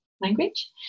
language